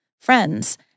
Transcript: friends